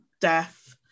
death